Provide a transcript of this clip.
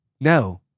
No